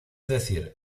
decir